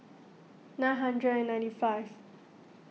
nine hundred and ninety five